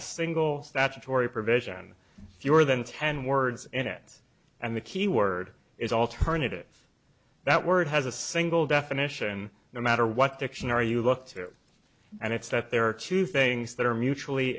a single statutory provision fewer than ten words in it and the key word is alternative that word has a single definition no matter what their actions are you look to and it's that there are two things that are mutually